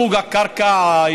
סוג הקרקע,